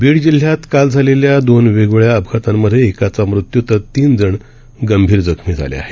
बीड जिल्ह्यात काल झालेल्या दोन वेगवेगळ्या अपघातात एकाचा मृत्यू तर तीन जण गंभीर जखमी झाले आहेत